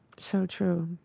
so true.